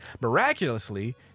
Miraculously